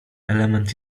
element